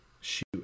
shoot